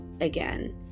again